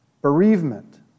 bereavement